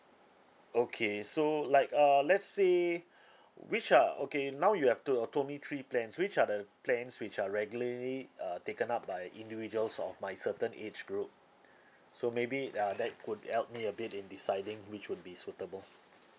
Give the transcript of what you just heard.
okay so like err let's say which are okay now you have to uh told me three plans which are the plans which are regularly uh taken up like individuals of my certain age group so maybe uh that could help me a bit in deciding which would be suitable